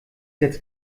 jetzt